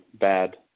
bad